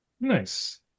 nice